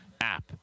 app